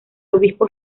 obispo